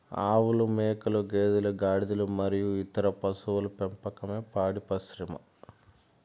ఆవులు, మేకలు, గేదెలు, గాడిదలు మరియు ఇతర పశువుల పెంపకమే పాడి పరిశ్రమ